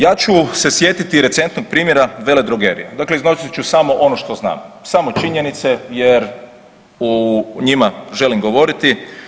Ja ću se sjetiti recentnog primjera veledrogerija, dakle iznosit ću samo ono što znam, samo činjenice jer o njima želim govoriti.